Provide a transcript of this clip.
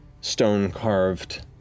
stone-carved